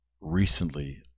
recently